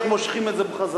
איך מושכים את זה בחזרה.